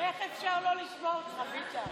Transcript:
איך אפשר לא לשמוע אותך, ביטן?